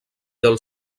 del